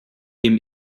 dem